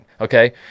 Okay